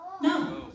No